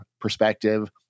perspective